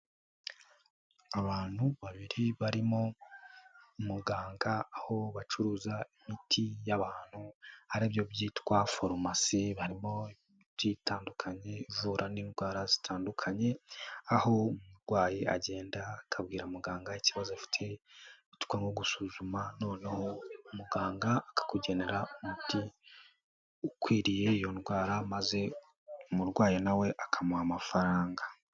Abantu babiri barimo muganga aho bacuruza imiti y'abantu aribyo byitwa farumasi, harimo imiti itandukanyekanya ivura n'indwara zitandukanye aho umurwayi agenda akabwira muganga ikibazo afite agafatwa no gusuzumwa noneho muganga akakugenera umuti ukwiriye iyo ndwara maze umurwayi nawe akamuha amafaranga.